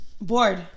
bored